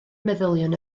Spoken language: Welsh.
meddyliwn